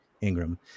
Ingram